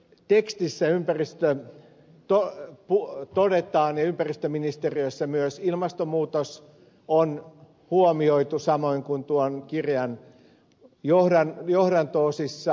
tekstissä ympäristöön tuo luo todetaan ympäristöministeriössä myös ilmastonmuutos on huomioitu samoin kuin tuon kirjan johdanto osissa todetaan